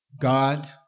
God